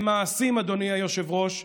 במעשים, אדוני היושב-ראש,